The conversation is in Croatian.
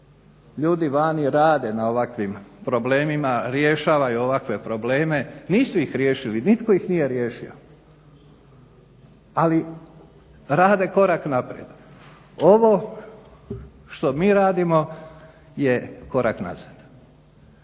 Ljudi vani rade na ovakvim problemima, rješavaju ovakve probleme. Nisu ih riješili, nitko ih nije riješio, ali rade korak naprijed. Ovo što mi radimo je korak nazad